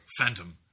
phantom